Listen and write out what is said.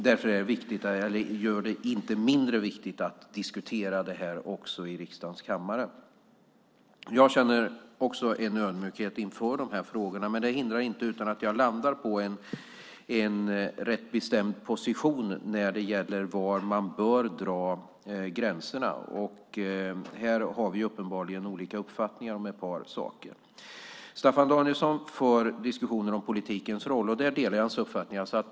Det gör det inte mindre viktigt att diskutera det här även i riksdagens kammare. Jag känner också en ödmjukhet inför de här frågorna. Det hindrar inte att jag landar på en rätt bestämd position när det gäller var man bör dra gränserna. Här har vi uppenbarligen olika uppfattningar om ett par saker. Staffan Danielsson för diskussioner om politikens roll. Där delar jag hans uppfattning.